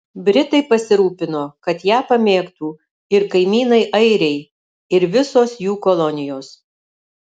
britai pasirūpino kad ją pamėgtų ir kaimynai airiai ir visos jų kolonijos